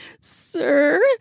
Sir